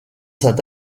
cet